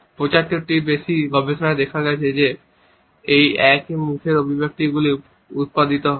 75 টিরও বেশি গবেষণায় দেখা গেছে যে এই একই মুখের অভিব্যক্তিগুলি উত্পাদিত হয়